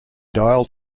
dial